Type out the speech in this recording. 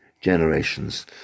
generations